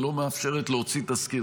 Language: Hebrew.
ולא מאפשרת להוציא תזכיר.